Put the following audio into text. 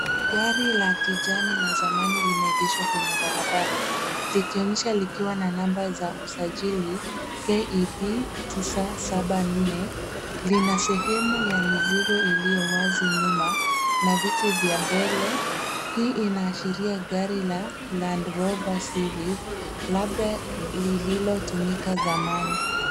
Gari la kijani la zamani limeegeshwa kwenye barabara likionyesha likiwa na namba za usajili KEB, tisa, saba, nne. Lina sehemu ya mizigo iliyo wazi nyuma na viti vya mbele, hii ina ashiria gari la Landrover Series labda lililo tumika zamani.